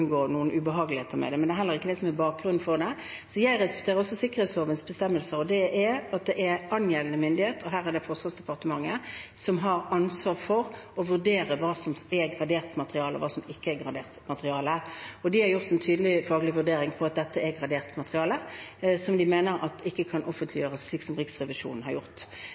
noen ubehageligheter med det, men det er heller ikke det som er bakgrunnen. Jeg respekterer også sikkerhetslovens bestemmelser, som sier at det er angjeldende myndighet, her Forsvarsdepartementet, som har ansvar for å vurdere hva som er gradert materiale, og hva som ikke er gradert materiale. De har gjort en tydelig faglig vurdering av at dette er gradert materiale, som de mener ikke kan offentliggjøres slik som Riksrevisjonen har gjort.